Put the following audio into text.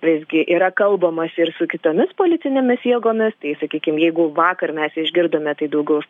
visgi yra kalbamasi ir su kitomis politinėmis jėgomis tai sakykim jeigu vakar mes išgirdome tai daugiau